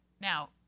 Now